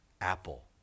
Apple